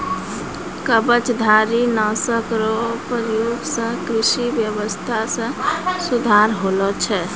कवचधारी नाशक रो प्रयोग से कृषि व्यबस्था मे सुधार होलो छै